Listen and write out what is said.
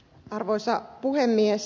arvoisa puhemies